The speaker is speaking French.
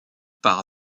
par